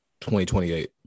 2028